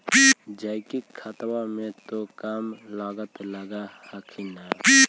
जैकिक खदबा मे तो कम लागत लग हखिन न?